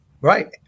right